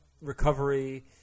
recovery